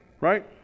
right